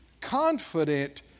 confident